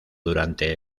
durante